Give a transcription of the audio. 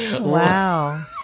Wow